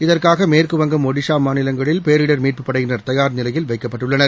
இதற்காக மேற்குவங்கம் ஒடிசா மாநிலங்களில் பேரிடர் மீட்புப்படையினர் தயார் நிலையில் வைக்கப்பட்டுள்ளனர்